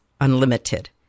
unlimited